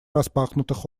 распахнутых